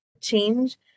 change